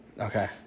Okay